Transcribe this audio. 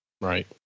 Right